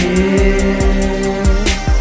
Kiss